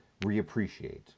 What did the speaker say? reappreciate